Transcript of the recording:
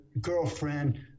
girlfriend